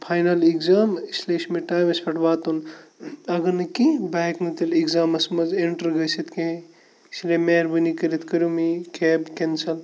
final exam اِسلیے چھِ مےٚ ٹایمَس پٮ۪ٹھ واتُن اگر نہٕ کیٚنٛہہ بہٕ ہٮ۪کہٕ نہٕ تیٚلہِ اِگزامَس منٛز اٮ۪نٛٹَر گٔژھِتھ کیٚنٛہہ اِسلیے مہربٲنی کٔرِتھ کٔرِو مےٚ یہِ کیب کٮ۪نسَل